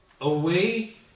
away